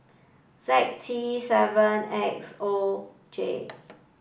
Z T seven X O J